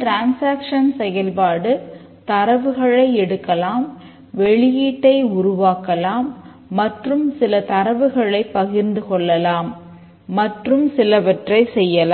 D செயல்பாடு தரவுகளை எடுக்கலாம் வெளியீட்டை உருவாக்கலாம் மற்றும் சில தரவுகளை பகிர்ந்து கொள்ளலாம் மற்றும் சிலவற்றைச் செய்யலாம்